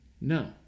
No